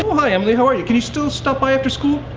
hi emily. how are you? can you still stop by after school?